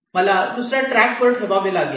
मला दुसर्या ट्रॅकवर वर ठेवावे लागेल